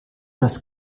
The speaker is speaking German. das